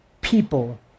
people